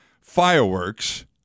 fireworks